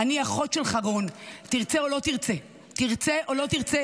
אם אכפת לך, אל תעבירי את החוק.